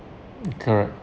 correct